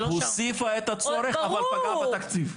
--- הוסיפה את הצורך אבל פגעה בתקציב.